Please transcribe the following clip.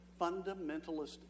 fundamentalist